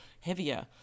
heavier